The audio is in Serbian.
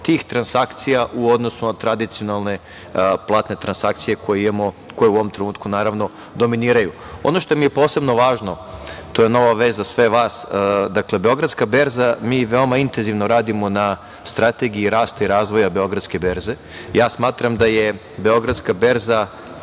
tih transakcija u odnosu na tradicionalne platne transakcije, koje u ovom trenutku dominiraju. Ono što mi je posebno važno, to je vest za sve vas, dakle Beogradska berza, mi veoma intenzivno radimo na strategiji rasta i razvoja Beogradske berze i smatram da je ona pravi